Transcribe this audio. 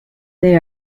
they